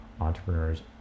entrepreneurs